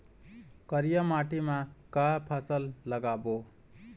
करिया माटी म का फसल लगाबो?